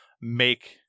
make